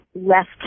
left